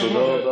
תודה רבה.